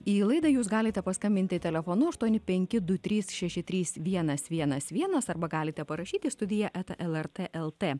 į laidą jūs galite paskambinti telefonu aštuoni penki du trys šeši trys vienas vienas vienas arba galite parašyt į studija eta lrt lt